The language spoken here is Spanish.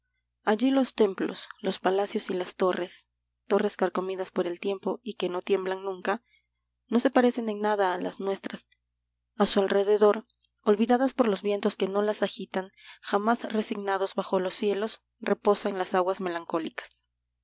allí los templos los palacios y las torres torres carcomidas por el tiempo y que no tiemblan nunca no se parecen en nada a las nuestras a su alrededor olvidadas por los vientos que no las agitan jamás resignadas bajo los cielos reposan las aguas melancólicas